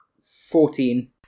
Fourteen